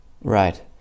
right